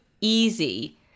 easy